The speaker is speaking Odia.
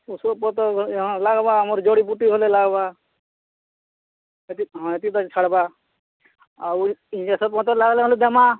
ଇହା ଓଷଦ ପତର ଆମର୍ ଯୋଡ଼ି ଗୋଟେ ଘରେ ଲାଗ୍ବା ସେଥିର୍ ତ ଛାଡ଼୍ବା ଆଉ ଔଷଧ ପତର ଲାଗ୍ଲେ ଦେମା